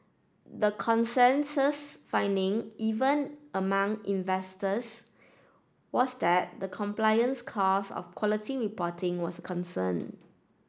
the consensus finding even among investors was that the compliance costs of quality reporting was concern